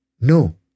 No